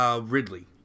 Ridley